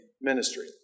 ministry